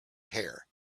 hair